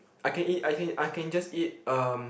I can eat I can I can just eat um